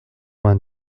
vingt